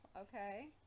Okay